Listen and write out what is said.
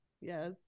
yes